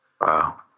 Wow